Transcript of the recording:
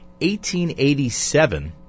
1887